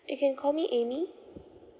you can call me amy